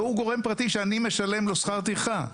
והוא גורם פרטי שאני משלם לו שכר טרחה,